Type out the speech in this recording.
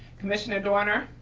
commissioner doerner.